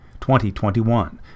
2021